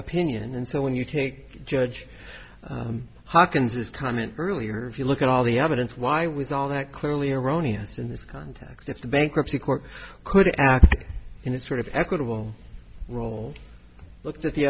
opinion and so when you take judge hawkins's comment earlier if you look at all the evidence why was all that clearly erroneous in this context that the bankruptcy court could act in a sort of equitable role looked at the